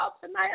tonight